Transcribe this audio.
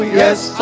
yes